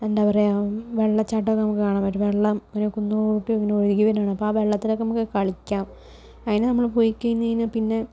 എന്താ പറയുക വെള്ളച്ചാട്ടമൊക്കെ നമുക്ക് കാണാൻ പറ്റും വെള്ളം ഇങ്ങനെ കുന്നിലോട്ട് ഇങ്ങനെ ഒഴുകി വരുകയാണ് അപ്പം ആ വെള്ളത്തിലക്കെ നമുക്ക് കളിക്കാം അതിന് നമ്മൾ പോയി കഴിഞ്ഞ് കഴിഞ്ഞാൽ പിന്നെ